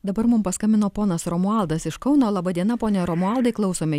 dabar mum paskambino ponas romualdas iš kauno laba diena pone romualdai klausome